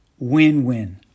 Win-win